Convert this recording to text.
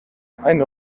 eine